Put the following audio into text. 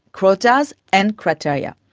quotas and criteria.